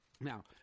Now